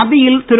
மத்தியில் திரு